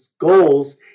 goals